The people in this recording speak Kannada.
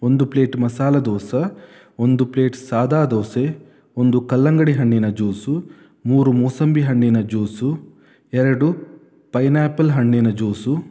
ಒಂದು ಪ್ಲೇಟ್ ಮಸಾಲ ದೋಸ ಒಂದು ಪ್ಲೇಟ್ ಸಾದ ದೋಸೆ ಒಂದು ಕಲ್ಲಂಗಡಿ ಹಣ್ಣಿನ ಜ್ಯೂಸು ಮೂರು ಮೂಸಂಬಿ ಹಣ್ಣಿನ ಜ್ಯೂಸು ಎರಡು ಪೈನಾಪಲ್ ಹಣ್ಣಿನ ಜ್ಯೂಸು